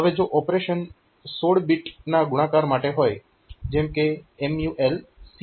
હવે જો operation 16 bit ગુણાકાર માટે હોય જેમ કે ઇન્સ્ટ્રક્શન MUL CX